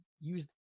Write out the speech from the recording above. use